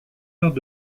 heures